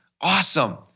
awesome